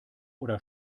oder